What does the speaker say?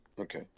Okay